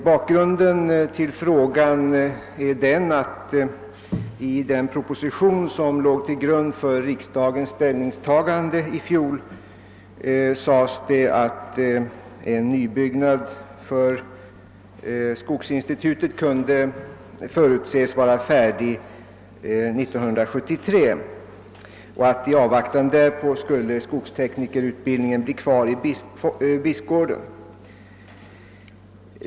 Bakgrunden till frågan är att det i den proposition som låg till grund för riksdagens ställningstagande i fjol uttalades att en nybyggnad för skogsinstitutet för norra Sverige kunde förutses vara färdig 1973 och att skogsteknikerutbildningen i avvaktan därpå skulle bli kvar i Bispgården.